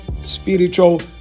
spiritual